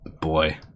boy